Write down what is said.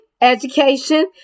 education